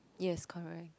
yes correct